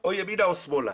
או ימינה או שמאלה.